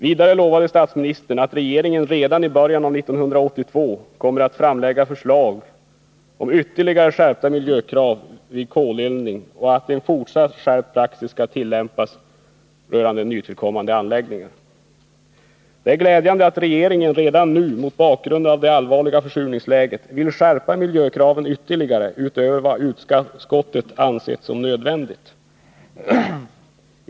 Vidare lovade statsministern att regeringen redan i början av 1982 skall lägga fram förslag om ytterligare skärpta miljökrav vid koleldning och att en fortsatt skärpt praxis skall tillämpas för nytillkommande anläggningar. Mot bakgrund av det allvarliga försurningsläget är det glädjande att regeringen redan nu vill skärpa miljökraven ytterligare, utöver vad utskottet har ansett nödvändigt.